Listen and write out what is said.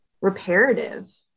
reparative